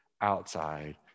outside